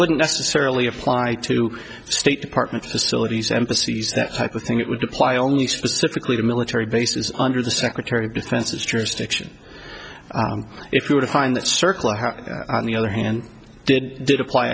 wouldn't necessarily apply to state department facilities embassies that type of thing it would apply only specifically to military bases under the secretary of defense's jurisdiction if you were to find that circle or her on the other hand did did apply